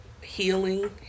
healing